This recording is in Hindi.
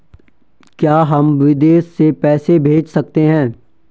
क्या हम विदेश में पैसे भेज सकते हैं?